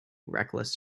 reckless